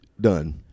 Done